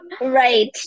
Right